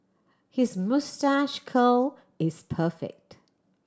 his moustache curl is perfect